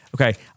Okay